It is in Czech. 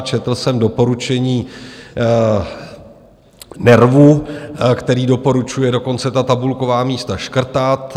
Četl jsem doporučení NERVu, který doporučuje dokonce tabulková místa škrtat.